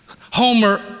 Homer